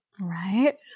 Right